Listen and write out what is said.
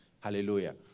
Hallelujah